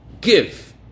Give